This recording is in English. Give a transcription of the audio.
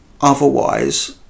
Otherwise